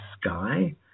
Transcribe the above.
sky